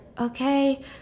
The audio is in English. okay